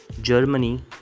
Germany